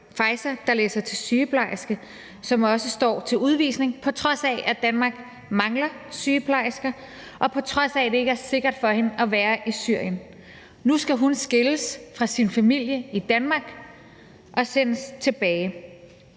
Faeza, der læser til sygeplejerske, og som også står til udvisning, på trods af at Danmark mangler sygeplejersker, og på trods af at det ikke er sikkert for hende at være i Syrien. Nu skal hun skilles fra sin familie i Danmark og sendes tilbage.